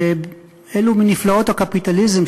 שאלו מנפלאות הקפיטליזם,